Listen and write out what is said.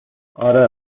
اره